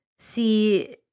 See